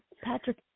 Patrick